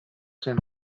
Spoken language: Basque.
zen